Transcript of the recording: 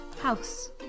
house